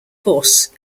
force